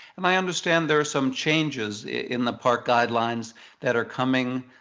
and i understand there are some changes in the park guidelines that are coming.